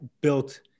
built